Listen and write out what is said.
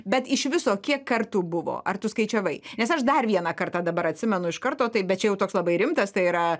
bet iš viso kiek kartų buvo ar tu skaičiavai nes aš dar vieną kartą dabar atsimenu iš karto taip bet čia jau toks labai rimtas tai yra